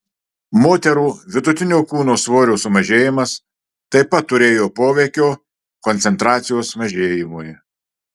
moterų vidutinio kūno svorio sumažėjimas taip pat turėjo poveikio koncentracijos mažėjimui